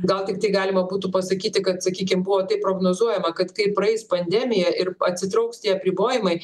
gal tik tai galima būtų pasakyti kad sakykim buvo tai prognozuojama kad kai praeis pandemija ir atsitrauks tie apribojimai